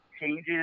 changes